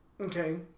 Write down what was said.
Okay